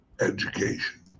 education